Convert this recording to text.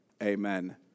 Amen